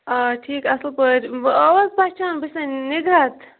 آ ٹھیٖک اصٕل پٲٹھۍ وۄنۍ ٲوٕ حظ پہچان بہٕ چھَسے نِگہت